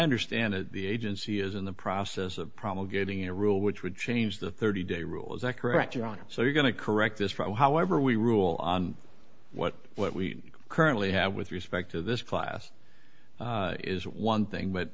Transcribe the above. understand it the agency is in the process of promulgating a rule which would change the thirty day rule is that correct your honor so you're going to correct this problem however we rule on what what we currently have with respect to this class is one thing but